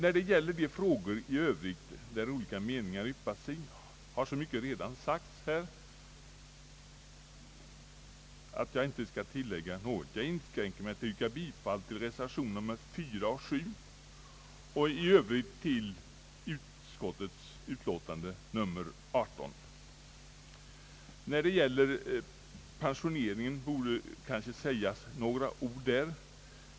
Beträffande övriga frågor, där olika meningar har yppat sig, har redan så mycket sagts att jag inte skall tillägga något. Jag inskränker mig till att yrka bifall till reservationerna 4 och 7 och i övrigt till utskottets utlåtande nr 18. Några ord borde kanske sägas om pensioneringen.